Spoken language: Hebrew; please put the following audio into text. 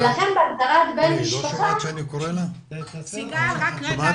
ולכן בהגדרת בן משפחה --- תקשיבי